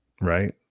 right